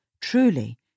Truly